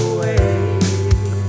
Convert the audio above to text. away